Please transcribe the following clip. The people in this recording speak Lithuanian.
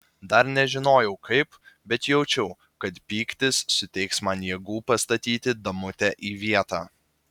dar nežinojau kaip bet jaučiau kad pyktis suteiks man jėgų pastatyti damutę į vietą